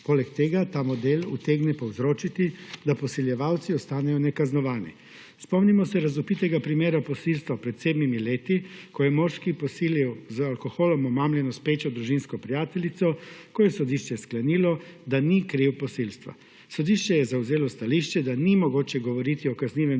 Poleg tega ta model utegne povzročiti, da posiljevalci ostanejo nekaznovani. Spomnimo se razvpitega primera posilstva pred sedmimi leti, ko je moški posilil z alkoholom omamljeno spečo družinsko prijateljico, ko je sodišče sklenilo, da ni kriv posilstva. Sodišče je zavzelo stališče, da ni mogoče govoriti o kaznivem